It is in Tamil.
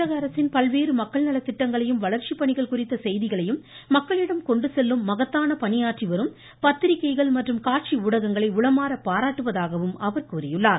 தமிழகஅரசின் பல்வேறு மக்கள் நலத்திட்டங்களையும் வளர்ச்சி பணிகள் குறித்த செய்திகளையும் மக்களிடம் கொண்டு செல்லும் மகத்தான பணியாற்றிவரும் பத்திரிகைகள் காட்சி பாராட்டுவதாகவும் அவர் கூறியுள்ளார்